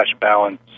balance